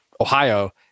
Ohio